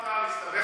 אני לא, להסתמך.